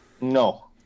No